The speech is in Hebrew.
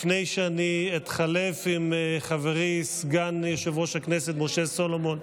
לפני שאני אתחלף עם חברי סגן יושב-ראש הכנסת משה סולומון,